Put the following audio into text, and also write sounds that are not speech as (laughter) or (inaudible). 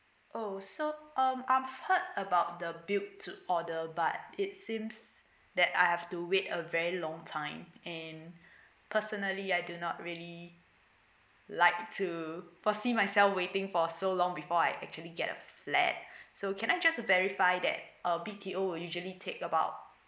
oh so um I've heard about the built to order but it seems that I have to wait a very long time and (breath) personally I do not really like to foresee myself waiting for so long before I actually get a flat (breath) so can I just to verify that a B_T_O usually take about